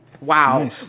Wow